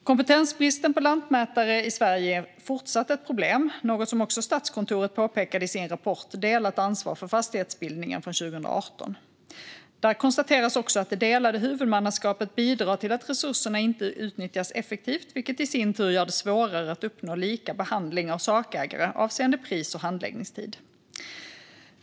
Kompetensbristen när det gäller lantmätare i Sverige är fortsatt ett problem, något som också Statskontoret påpekade i sin rapport Delat ansvar för fastighetsbildning från 2018 . Där konstateras också att det delade huvudmannaskapet bidrar till att resurserna inte utnyttjas effektivt, vilket i sin tur gör det svårare att uppnå lika behandling av sakägare avseende pris och handläggningstid.